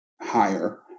higher